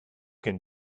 can